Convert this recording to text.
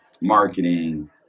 marketing